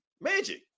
Magic